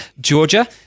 Georgia